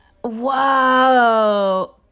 Whoa